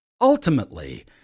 Ultimately